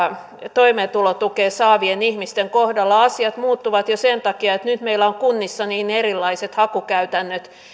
toimeentulotukea saavien ihmisten kohdalla asiat muuttuvat jo sen takia että nyt meillä on kunnissa niin erilaiset hakukäytännöt